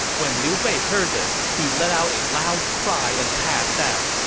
when liu bei heard this, he let out a loud cry and passed out.